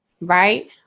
right